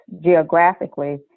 geographically